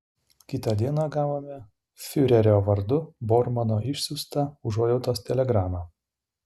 kitą dieną gavome fiurerio vardu bormano išsiųstą užuojautos telegramą